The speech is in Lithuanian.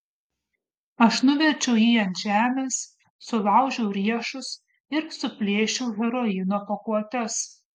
aš nuverčiau jį ant žemės sulaužiau riešus ir suplėšiau heroino pakuotes